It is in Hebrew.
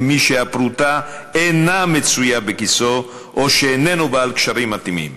מי שהפרוטה אינה מצויה בכיסו או שאיננו בעל קשרים מתאימים.